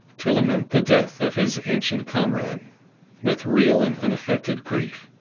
to lament the death of his ancient comrade with real and unaffected grief.